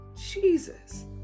jesus